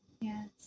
Yes